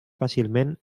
fàcilment